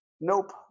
nope